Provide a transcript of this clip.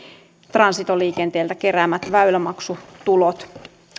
transitoliikenteeltä nykyisin keräämät väylämaksutulot